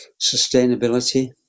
sustainability